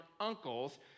uncles